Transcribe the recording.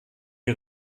die